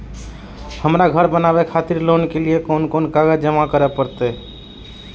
हमरा घर बनावे खातिर लोन के लिए कोन कौन कागज जमा करे परते?